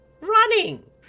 running